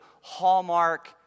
hallmark